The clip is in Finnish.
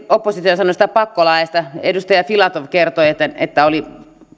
oppositio sanoisi pakkolait edustaja filatov kertoi että oli